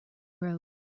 road